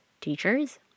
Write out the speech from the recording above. teachers